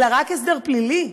אלא רק הסדר פלילי,